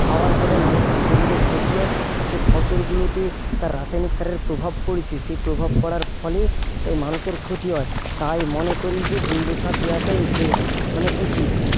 খাওয়ার ফলে মানুষের শরীরে ক্ষতি হয় সে ফসলগুলোতে তার রাসায়নিক সারের প্রভাব পড়েছে সেই প্রভাব পড়ার ফলে তাই মানুষের ক্ষতি হয় তাই মনে করি যে জৈবসার দেওয়াটাই বে মানে উচিৎ